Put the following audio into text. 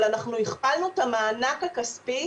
אבל אנחנו הכפלנו את המענק הכספי